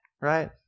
right